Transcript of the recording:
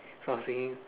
so I was thinking